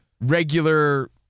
regular